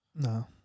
No